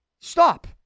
Stop